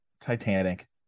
titanic